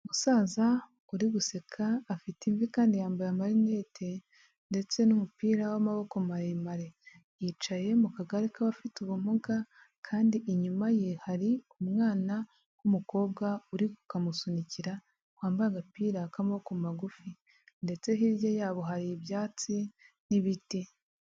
Umusaza uri guseka afite imvi kandi yambaye amarinete ndetse n'umupira w'amaboko maremare, yicaye mu kagare k'abafite ubumuga kandi inyuma ye hari umwana w'umukobwa uri ku kamusunikira, wambaye agapira k'amaboko magufi ndetse hirya yabo hari ibyatsi n'ibiti.